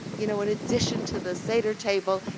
you know, in addition to the seder table,